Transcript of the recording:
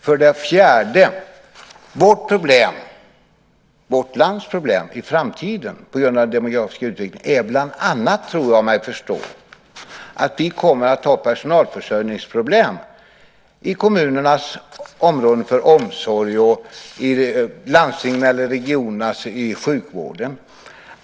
För det fjärde: Vårt lands problem i framtiden, på grund av den demografiska utvecklingen, är bland annat, tror jag mig förstå, att vi kommer att ha personalförsörjningsproblem i kommunernas ansvarsområde omsorg och i landstingens eller regionernas ansvarsområde sjukvården.